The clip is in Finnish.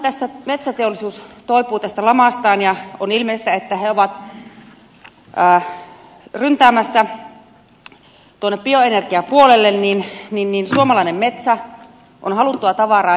kunhan metsäteollisuus toipuu tästä lamastaan ja on ilmeistä että he ovat ryntäämässä tuonne bioenergiapuolelle niin suomalainen metsä on haluttua tavaraa